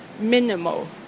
minimal